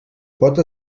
pot